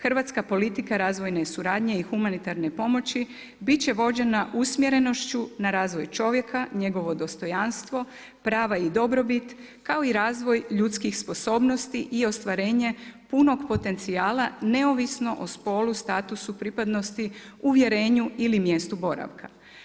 Hrvatska politika razvojne suradnje i humanitarne pomoći bit će vođenja usmjerenošću na razvoj čovjeka, njegovo dostojanstvo, prava i dobrobit kao i razvoj ljudskih sposobnosti i ostvarenje punog potencijala neovisno o spolu, statusu, pripadnosti, uvjerenju ili mjestu boravka.